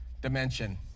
dimension